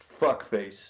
fuckface